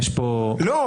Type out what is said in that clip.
לא.